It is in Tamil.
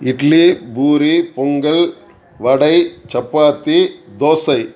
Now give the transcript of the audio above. இட்லி பூரி பொங்கல் வடை சப்பாத்தி தோசை